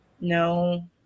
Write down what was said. no